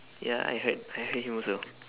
ya I heard I heard him also